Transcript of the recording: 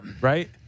Right